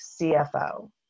CFO